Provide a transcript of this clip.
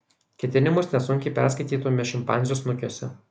ketinimus nesunkiai perskaitytume šimpanzių snukiuose